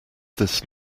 this